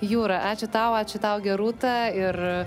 jūra ačiū tau ačiū tau gerūta ir